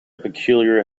peculiar